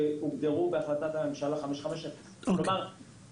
שהוגדרו בהחלטת הממשלה 550. כלומר,